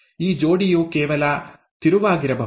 ಈ ಜೋಡಿಯು ಕೇವಲ ತಿರುವಾಗಿರಬಹುದು